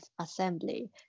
assembly